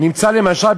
למשל,